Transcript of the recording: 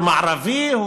הוא מערבי,